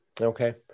Okay